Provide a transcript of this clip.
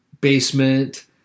basement